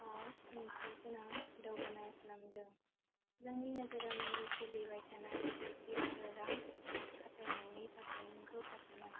आव ओंथिगोनां दावगानाय खालामदों जोंनि नोजोरआव नोंनि सोलिबाय थानाय फोथायथि आरो रां खाथायनायनि थाखाय नोंखौ बाखनाय